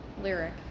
lyric